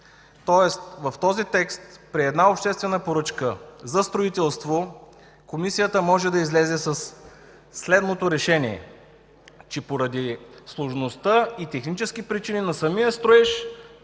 Тоест в този текст при една обществена поръчка за строителство комисията може да излезе със следното решение: че поради сложността и технически причини на самия строеж